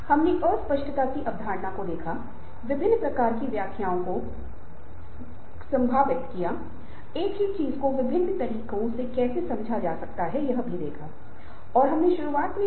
फिर से व्यक्तिगत तनाव पैदा हो जाएगा फिर से आप व्यवहार दिखाएंगे और उस लक्ष्य तक पहुंचने के प्रयास करेंगे जो वह प्राप्त करना चाहता है लेकिन लक्ष्य पर व्यवहार या गतिविधियों के बीच में कुछ बाधाएं बाधाएं हो सकती हैं ताकि व्यक्ति लक्ष्य तक न पहुंच सके